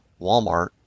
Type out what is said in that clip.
Walmart